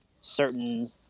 certain